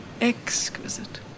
exquisite